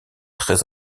très